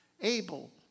Abel